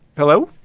hello?